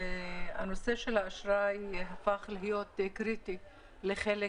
הנושא של האשראי הפך להיות קריטי לחלק